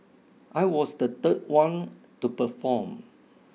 I was the third one to perform